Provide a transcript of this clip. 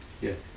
Yes